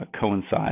Coincide